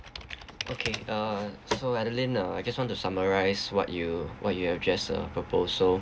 okay uh so adeline uh I just want to summarize what you what you've just uh proposed so